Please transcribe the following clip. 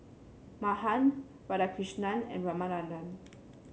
Mahan Radhakrishnan and Ramanand